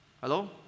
Hello